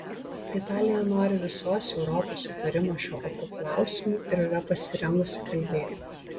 italija nori visos europos sutarimo šiuo opiu klausimu ir yra pasirengusi kalbėtis